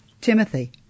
Timothy